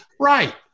Right